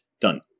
done